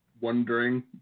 wondering